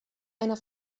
einer